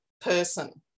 person